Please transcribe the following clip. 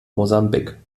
mosambik